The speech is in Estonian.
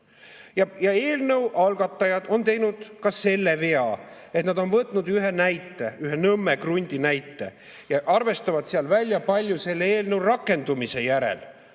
Eelnõu algatajad on teinud ka selle vea, et nad on võtnud ühe näite, ühe Nõmme krundi näite, ja arvestanud välja, kui palju selle eelnõu rakendumise järel